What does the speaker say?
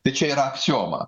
tai čia yra apsioma